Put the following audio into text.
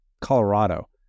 Colorado